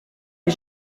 est